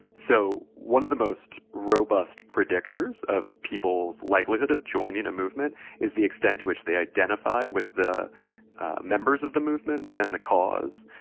so one of the most robust predictors of people's likelihood of joining a movement is the extent to which they identify with the members of the movement and the cause.